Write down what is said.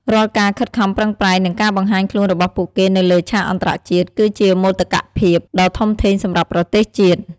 រាល់ការខិតខំប្រឹងប្រែង និងការបង្ហាញខ្លួនរបស់ពួកគេនៅលើឆាកអន្តរជាតិ គឺជាមោទកភាពដ៏ធំធេងសម្រាប់ប្រទេសជាតិ។